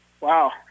wow